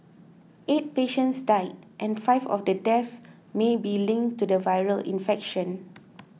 eight patients died and five of the deaths may be linked to the viral infection